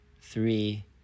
three